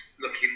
looking